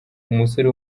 umusore